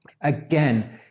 again